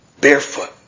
barefoot